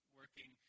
working